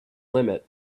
limit